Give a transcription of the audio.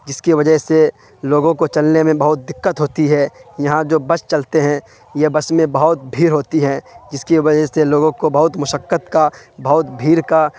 جس کی وجہ سے لوگوں کو چلنے میں بہت دقت ہوتی ہے یہاں جو بس چلتے ہیں یہ بس میں بہت بھیر ہوتی ہے جس کی وجہ سے لوگوں کو بہت مشقت کا بہت بھیڑ کا